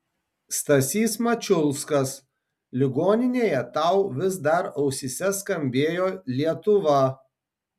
stasys mačiulskas ligoninėje tau vis dar ausyse skambėjo lietuva